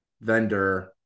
vendor